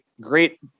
great